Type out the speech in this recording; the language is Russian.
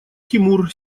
тимур